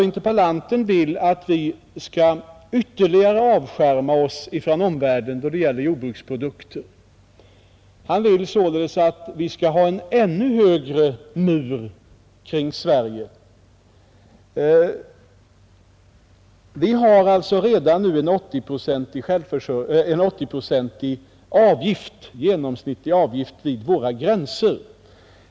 Interpellanten vill att vi ytterligare skall avskärma oss från omvärlden då det gäller jordbruksprodukter. Han vill således att vi skall ha en ännu högre mur kring Sverige. Vi har redan nu en 80-procentig genomsnittlig avgift vid våra gränser.